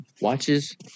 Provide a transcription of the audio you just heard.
watches